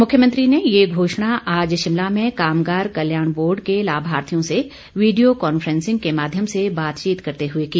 मुख्यमंत्री ने ये घोषणा आज शिमला में कामगार कल्याण बोर्ड के लाभार्थियों से वीडियो कॉन्फ्रेंसिंग के माध्यम से बातचीत करते हुए की